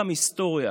תדעו גם היסטוריה,